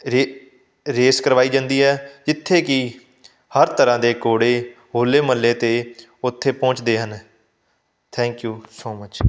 ਰੇ ਰੇਸ ਕਰਵਾਈ ਜਾਂਦੀ ਹੈ ਜਿੱਥੇ ਕਿ ਹਰ ਤਰ੍ਹਾਂ ਦੇ ਘੋੜੇ ਹੋਲੇ ਮਹੱਲੇ 'ਤੇ ਉੱਥੇ ਪਹੁੰਚਦੇ ਹਨ ਥੈਂਕ ਯੂ ਸੋ ਮਚ